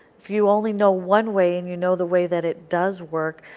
if you only no one way, and you know the way that it does work,